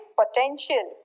potential